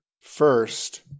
first